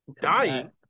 dying